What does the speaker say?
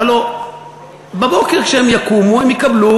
הלוא בבוקר כשהם יקומו הם יקבלו,